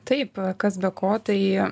taip kas be ko tai